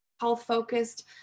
health-focused